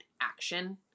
action